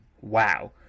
wow